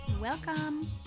Welcome